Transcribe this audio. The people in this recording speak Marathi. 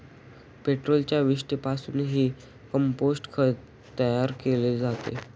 पोल्ट्रीच्या विष्ठेपासूनही कंपोस्ट खत तयार केले जाते